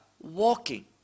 walking